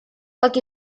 как